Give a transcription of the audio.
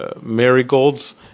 marigolds